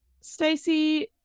Stacey